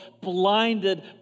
blinded